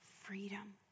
freedom